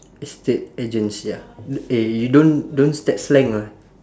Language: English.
estate agents ya eh you you don't step slang ah